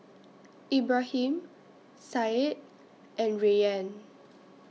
Ibrahim Said and Rayyan